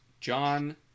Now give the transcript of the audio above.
John